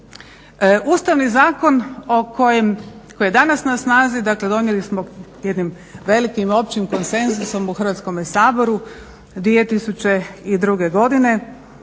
Ustavni zakon o kojem, koji je danas na snazi, dakle donijeli smo jednim velikim i općim konsenzusom u Hrvatskome saboru 2002. godine.